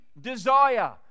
desire